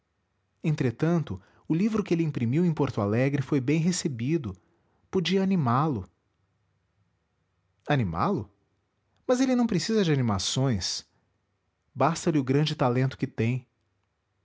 entretanto o livro que ele imprimiu em porto alegre foi bem recebido podia animá-lo animá-lo mas ele não precisa de animações basta-lhe o grande talento que tem